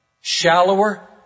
shallower